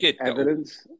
evidence